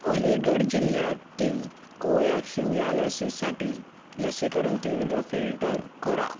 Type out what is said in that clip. अलीगढ जिल्ह्यातील कोव्हॅक्सिन या लसीसाठी लसीकरण केंद्र फिल्टर करा